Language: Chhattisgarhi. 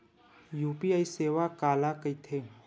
यू.पी.आई सेवा काला कइथे?